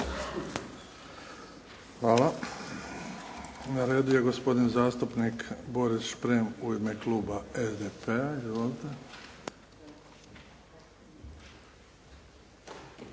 Hvala. Na redu je gospodin zastupnik Boris Šprem u ime kluba SDP-a.